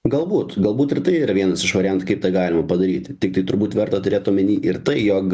galbūt galbūt ir tai yra vienas iš variantų kaip tą galima padaryti tiktai turbūt verta turėt omeny ir tai jog